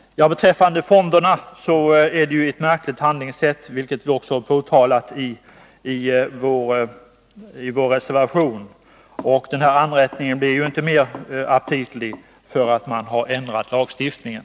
Beträffande fonderna vill jag säga att det här är fråga om ett märkligt handlingssätt, vilket vi också har påtalat i vår reservation. Anrättningen blir Nr 147 inte mer aptitlig för att man ändrat lagstiftningen.